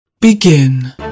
Begin